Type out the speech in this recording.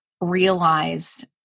realized